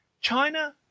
China